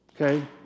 Okay